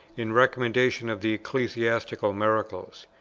in recommendation of the ecclesiastical miracles.